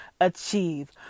achieve